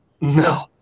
No